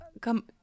come